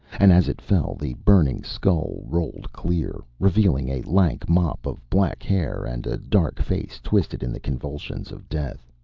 and as it fell the burning skull rolled clear, revealing a lank mop of black hair and a dark face twisted in the convulsions of death.